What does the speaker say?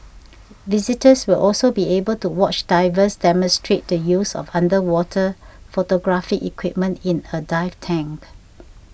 visitors will also be able to watch divers demonstrate the use of underwater photographic equipment in a dive tank